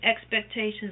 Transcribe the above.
expectations